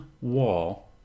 wall